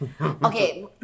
Okay